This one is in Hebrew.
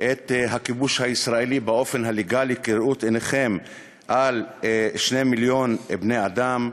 את הכיבוש הישראלי באופן לגלי כראות עיניכם על שני מיליון בני-אדם?